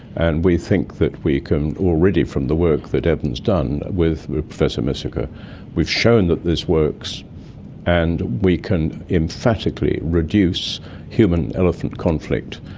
and we think that we can. already from the work that evans done with professor missaka we've shown that this works and we can emphatically reduce human-elephant conflict,